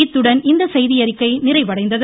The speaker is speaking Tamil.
இத்துடன் இந்த செய்தியறிக்கை நிறைவடைந்தது